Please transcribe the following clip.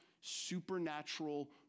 supernatural